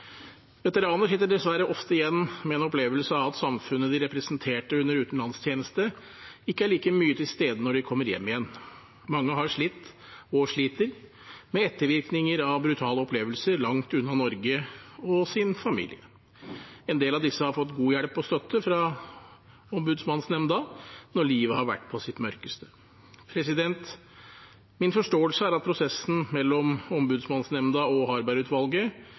Veteraner sitter dessverre ofte igjen med en opplevelse av at samfunnet de representerte under utenlandstjeneste, ikke er like mye til stede når de kommer hjem igjen. Mange har slitt, og sliter, med ettervirkninger av brutale opplevelser langt unna Norge og familien. En del av disse har fått god hjelp og støtte fra Ombudsmannsnemnda når livet har vært på sitt mørkeste. Min forståelse er at prosessen mellom Ombudsmannsnemnda og